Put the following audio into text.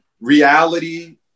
reality